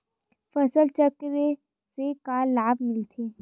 फसल चक्र से का लाभ मिलथे?